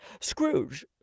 Scrooge